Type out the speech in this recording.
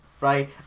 right